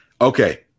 Okay